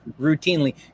routinely